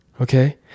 okay